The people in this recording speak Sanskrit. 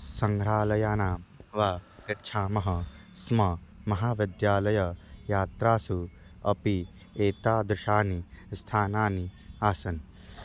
सङ्ग्रहालयान् वा गच्छामः स्म महाविद्यालययात्रासु अपि एतादृशानि स्थानानि आसन्